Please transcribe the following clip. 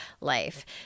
life